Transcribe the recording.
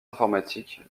informatiques